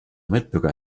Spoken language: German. mitbürger